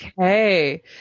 Okay